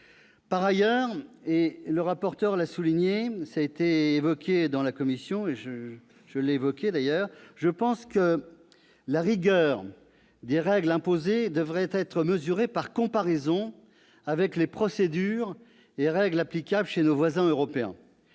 Par ailleurs, comme le rapporteur l'a souligné et comme je l'ai évoqué en commission, je pense que la rigueur des règles imposées devrait être mesurée par comparaison avec les procédures et règles applicables chez nos voisins européens.